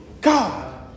God